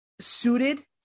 suited